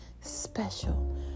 special